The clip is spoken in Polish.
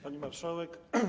Pani Marszałek!